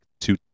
two